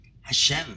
Hashem